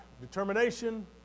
Determination